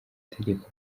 tegeko